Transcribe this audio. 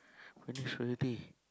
finish already